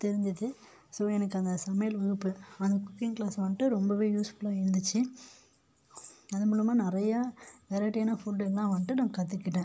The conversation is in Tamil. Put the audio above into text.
தெரிஞ்சிச்சு ஸோ எனக்கு அந்த சமையல் வகுப்பு அந்த குக்கிங் க்ளாஸ் வந்துட்டு ரொம்பவே யூஸ்ஃபுல்லாக இருந்துச்சு அது மூலமாக நிறையா வெரைட்டியான ஃபுட்டு எல்லாம் வந்துட்டு நான் கற்றுக்கிட்டேன்